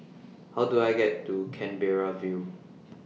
How Do I get to Canberra View